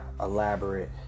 elaborate